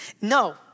No